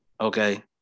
Okay